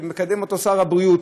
שמקדם שר הבריאות,